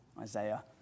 Isaiah